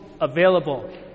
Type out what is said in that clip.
available